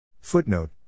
Footnote